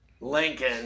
Lincoln